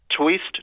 Twist